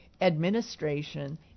administration